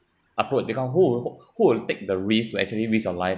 upward they can't hold wh~ who'll take the risk to actually risk your life